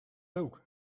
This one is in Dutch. rook